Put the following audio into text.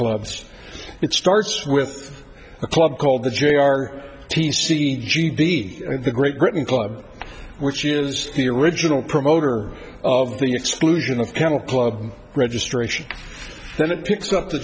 clubs it starts with a club called the j r t c g d the great britain club which is the original promoter of the exclusion of kennel club registration then it picks up the